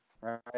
Right